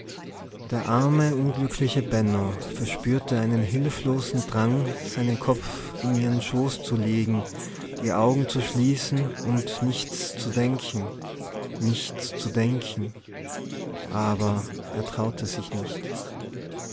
der arme unglückliche benno verspürte einen hilflosen drang seinen kopf in ihren schoß zu legen die augen zu schließen und nichts zu denken nichts zu denken aber er traute sich nicht